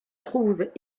trouve